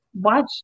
watch